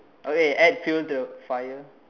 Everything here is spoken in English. okay add fuel to the fire